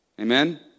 Amen